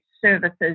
services